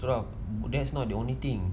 itu lah that's not the only thing